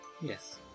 Yes